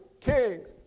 kings